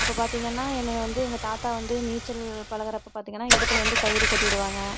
அப்போ பார்த்திங்கன்னா என்னை வந்து எங்கள் தாத்தா வந்து நீச்சல் பழகுறப்ப பார்த்திங்கன்னா இடுப்பில் வந்து கயிறு கட்டி விடுவாங்க